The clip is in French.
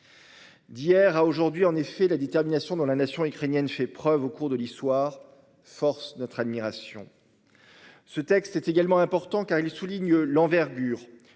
D'hier à aujourd'hui, en effet, la détermination dans la nation ukrainienne fait preuve au cours de l'histoire forcent notre admiration. Ce texte est également important car il souligne l'envergure